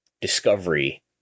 Discovery